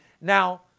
Now